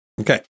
Okay